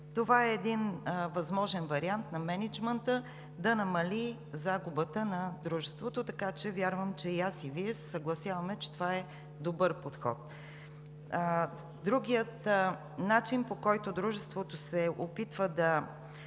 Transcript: Това е един възможен вариант на мениджмънта да намали загубата на дружеството. Вярвам, че и аз, и Вие се съгласяваме, че това е добър подход. Другият начин, по който дружеството се опитва да